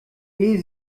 ehe